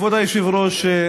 כבוד היושב-ראש,